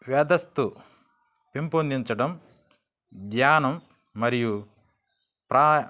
మేధస్సు పెంపొందించడం ధ్యానం మరియు